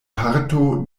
parto